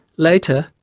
later,